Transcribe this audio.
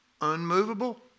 Unmovable